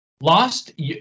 Lost